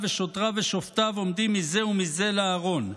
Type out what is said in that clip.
ושוטריו ושופטיו עומדים מזה ומזה לארון,